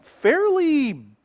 fairly